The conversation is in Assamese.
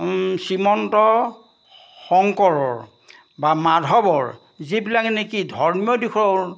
শ্ৰীমন্ত শংকৰৰ বা মাধৱৰ যিবিলাক নেকি ধৰ্মীয় দিশৰ